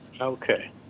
Okay